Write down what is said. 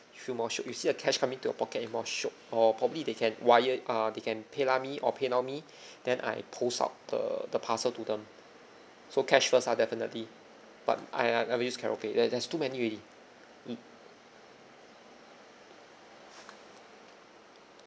feel more shiok you see the cash come into your pocket you more shiok or probably they can wire uh they can paylah me or paynow me then I post out the the parcel to them so cashless lah definitely but I I never use caroupay there's there's too many already mm